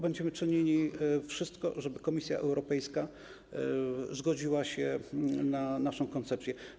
Będziemy czynili wszystko, żeby Komisja Europejska zgodziła się na naszą koncepcję.